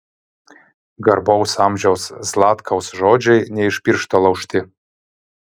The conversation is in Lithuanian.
garbaus amžiaus zlatkaus žodžiai ne iš piršto laužti